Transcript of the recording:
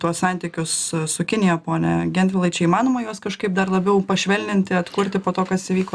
tuos santykius su kinija pone gentvilai čia įmanoma juos kažkaip dar labiau pašvelninti atkurti po to kas įvyko